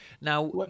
Now